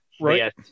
Right